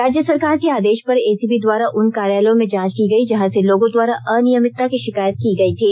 राज्य सरकार के आदेष पर एसीबी द्वारा उन कार्यालयों में जांच की गई जहां से लोगों द्वारा अनियमितता की षिकायत की गई थी